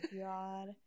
God